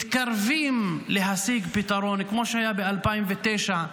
מתקרבים להשיג פתרון, כמו שהיה ב-2009,